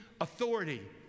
authority